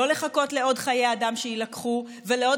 לא לחכות לעוד חיי אדם שיילקחו ולעוד